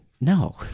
no